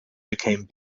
became